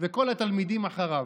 וכל התלמידים אחריו.